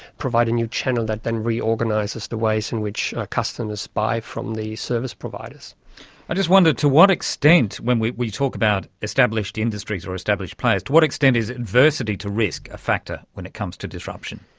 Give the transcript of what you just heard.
provide a new channel that then reorganises the ways in which customers buy from the service providers. i just wondered to what extent when we we talk about established industries or established players, to what extent is adversity to risk a factor when it comes to disruption?